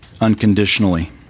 unconditionally